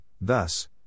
thus